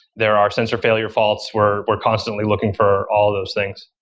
there are sensor failure faults where we're constantly looking for all those things.